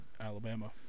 Alabama